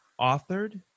authored